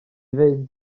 fynd